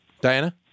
Diana